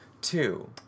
two